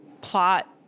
plot